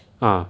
ah